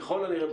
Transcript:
ככל הנראה,